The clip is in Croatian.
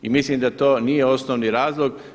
I mislim da to nije osnovni razlog.